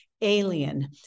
alien